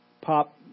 Pop